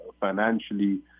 financially